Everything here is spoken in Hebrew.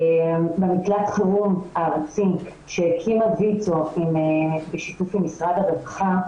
במקלט חירום הארצי שהקימה ויצ"ו בשיתוף עם משרד הרווחה,